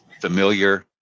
familiar